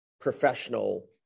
professional